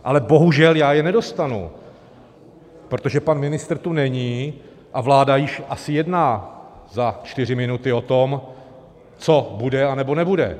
Ale bohužel já je nedostanu, protože pan ministr tu není a vláda již asi jedná, za čtyři minuty, o tom, co bude, anebo nebude.